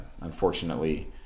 unfortunately